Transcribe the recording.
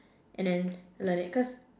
and then learn it cause